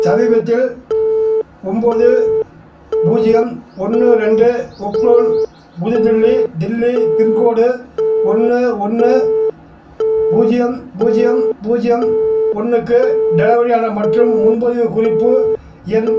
சமீபத்தில் ஒம்போது பூஜ்ஜியம் ஒன்று ரெண்டு ஓக்லோன் புது தில்லி தில்லி பின்கோடு ஒன்று ஒன்று பூஜ்ஜியம் பூஜ்ஜியம் பூஜ்ஜியம் ஒன்று க்கு டெலிவரியான மற்றும் முன்பதிவு குறிப்பு எண்